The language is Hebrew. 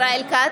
ישראל כץ,